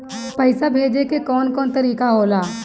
पइसा भेजे के कौन कोन तरीका होला?